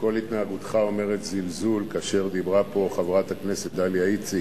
כשכל התנהגותך אומרת זלזול כאשר דיברה פה חברת הכנסת דליה איציק.